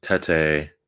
Tete